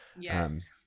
yes